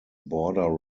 border